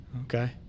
Okay